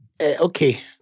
Okay